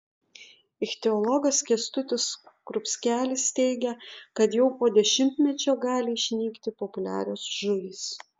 ichtiologas kęstutis skrupskelis teigė kad jau po dešimtmečio gali išnykti populiarios žuvys